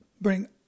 bring